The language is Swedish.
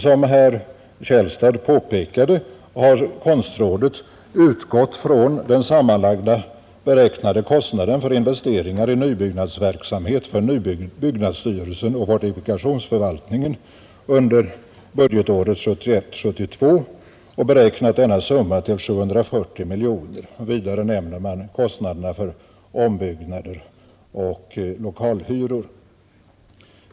Som herr Källstad påpekade har konstrådet utgått från den sammanlagda beräknade kostnaden för investeringar i nybyggnadsverksamhet för byggnadsstyrelsen och fortifikationsförvaltningen under budgetåret 1971/72 och beräknat denna summa till 740 miljoner kronor. Vidare nämner man kostnaderna för ombyggnader och lokalhyror.